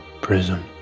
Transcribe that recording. Prism